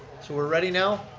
so we're ready now?